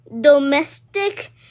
domestic